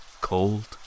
cold